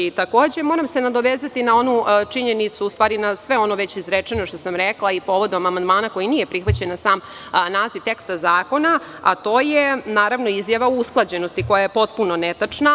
Takođe se moram nadovezati na onu činjenicu, u stvari na sve ono već izrečeno što sam rekla i povodom amandmana koji nije prihvaćen, na sam naziv teksta zakona, a to je naravno izjava usklađenosti koja je potpuno netačna.